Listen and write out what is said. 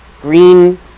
green